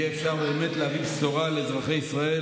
יהיה אפשר באמת להביא בשורה לאזרחי ישראל.